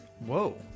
Whoa